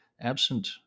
absent